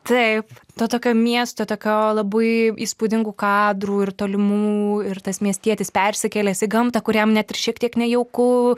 taip to tokio miesto tokio labai įspūdingų kadrų ir tolimų ir tas miestietis persikėlęs į gamtą kuriam net ir šiek tiek nejauku